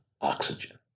oxygen